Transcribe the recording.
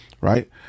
Right